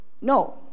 no